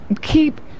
keep